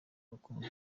rukundo